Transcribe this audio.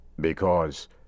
because